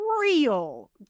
real-